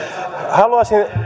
haluaisin